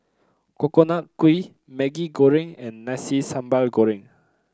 Coconut Kuih Maggi Goreng and Nasi Sambal Goreng